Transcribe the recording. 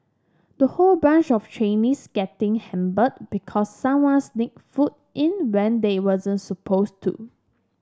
the whole batch of trainees getting because someone sneaked food in when they were then supposed to